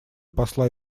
посла